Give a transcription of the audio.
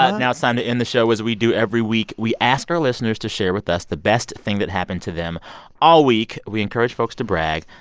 ah now it's time to end the show as we do every week. we ask our listeners to share with us the best thing that happened to them all week. we encourage folks to brag.